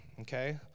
Okay